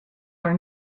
are